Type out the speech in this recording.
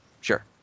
Sure